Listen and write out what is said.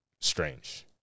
strange